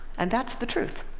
and that's the truth.